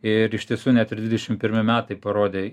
ir iš tiesų net ir dvidešim pirmi metai parodė